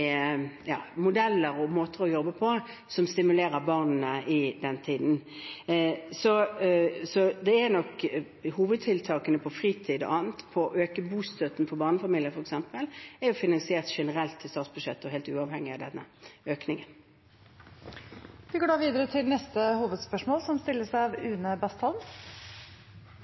modeller og måter å jobbe på som stimulerer barna i tiden de er der. Hovedtiltakene når det gjelder fritid og annet, og å øke bostøtten for barnefamilier, f.eks., er finansiert generelt i statsbudsjettet, helt uavhengig av denne økningen. Vi går videre til neste hovedspørsmål.